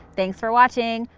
thanks for watching.